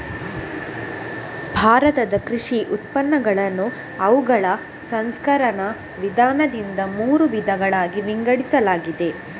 ಭಾರತದ ಕೃಷಿ ಉತ್ಪನ್ನಗಳನ್ನು ಅವುಗಳ ಸಂಸ್ಕರಣ ವಿಧಾನದಿಂದ ಮೂರು ವಿಧಗಳಾಗಿ ವಿಂಗಡಿಸಲಾಗಿದೆ